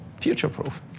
future-proof